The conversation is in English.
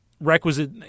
Requisite